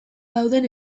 dauden